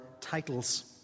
titles